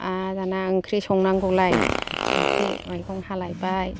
आरो दाना ओंख्रि संनांगौलाय ओंख्रि मैगं हालायबाय